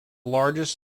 largest